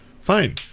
fine